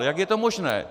Jak je to možné?